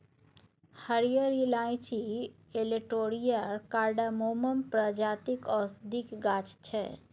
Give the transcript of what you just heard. हरियर इलाईंची एलेटेरिया कार्डामोमम प्रजातिक औषधीक गाछ छै